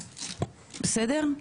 בסדר?